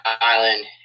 island